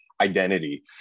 identity